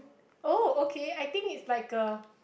oh okay I think it's like a